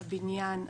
הבניין,